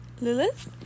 Lilith